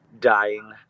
Dying